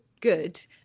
good